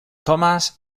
thomas